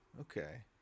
Okay